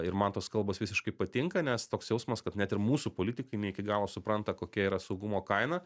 ir man tos kalbos visiškai patinka nes toks jausmas kad net ir mūsų politikai ne iki galo supranta kokia yra saugumo kaina